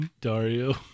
Dario